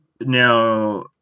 now